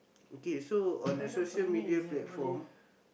okay so on the social-media platform